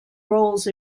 roles